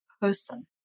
person